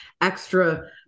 extra